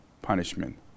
Punishment